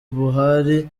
buhari